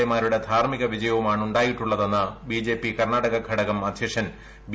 എമാരുടെ ധാർമ്മിക വിജയവുമാണ് ഉണ്ടായിട്ടുള്ളതെന്ന് ബിജെപി കർണാടക ഘടകം അദ്ധ്യക്ഷൻ ബി